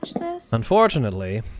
Unfortunately